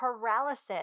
paralysis